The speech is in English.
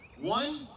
One